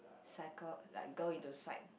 psychol~ like go into psych